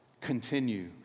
Continue